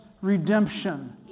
redemption